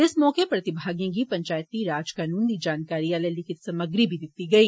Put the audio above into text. इस मौके प्रतिभागिएं गी पंचैती राज कानून दी जानकारी आह्ली लिखित समग्री बी दित्ती गेई